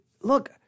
Look